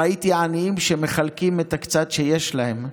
ראיתי עניים שמחלקים את הקצת שיש להם,